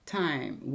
time